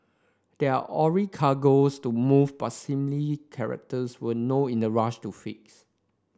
there are ore cargoes to move but seemingly charterers were no in a rush to fix